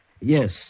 Yes